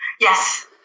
Yes